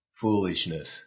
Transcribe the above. foolishness